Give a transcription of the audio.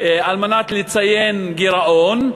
על מנת לציין גירעון,